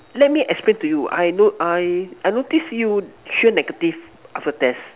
let me explain to you I not~ I I notice you sure negative after test